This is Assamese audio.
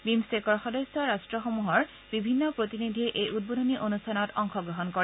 বিম্ছট্টেকৰ সদস্য ৰাষ্টসমূহৰ বিভিন্ন প্ৰতিনিধিয়ে এই উদ্বোধনী অনুষ্ঠানত অংশগ্ৰহণ কৰে